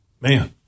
Man